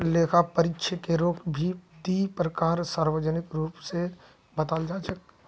लेखा परीक्षकेरो भी दी प्रकार सार्वजनिक रूप स बताल जा छेक